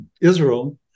Israel